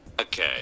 Okay